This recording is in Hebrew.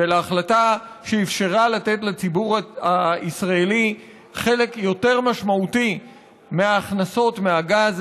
ולהחלטה שאפשרה לתת לציבור הישראלי חלק יותר משמעותי מההכנסות מהגז.